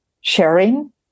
sharing